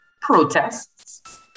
protests